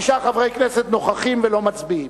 תשעה חברי כנסת נוכחים ולא מצביעים.